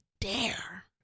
dare